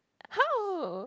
how